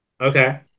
Okay